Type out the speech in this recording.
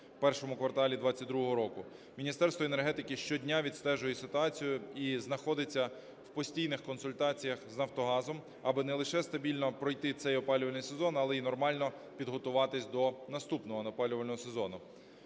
в І кварталі 22-го року. Міністерство енергетики щодня відстежує ситуацію і знаходиться в постійних консультаціях з Нафтогазом, аби не лише стабільно пройти цей опалювальний сезон, але і нормально підготуватись до наступного опалювального сезону.